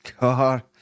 God